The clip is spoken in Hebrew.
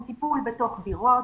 זה טיפול בתוך דירות,